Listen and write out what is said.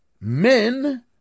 men